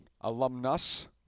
alumnus